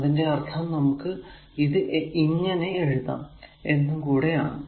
അതിന്റെ അർഥം നമുക്ക് ഇത് ഇങ്ങനെ എഴുതാം എന്നതും കൂടെ ആണ്